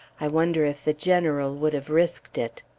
i wonder if the general would have risked it?